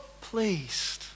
pleased